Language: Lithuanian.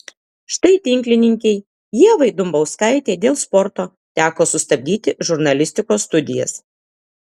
štai tinklininkei ievai dumbauskaitei dėl sporto teko sustabdyti žurnalistikos studijas